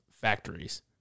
factories